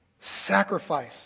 sacrifice